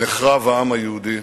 שנחרב העם היהודי,